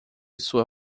sua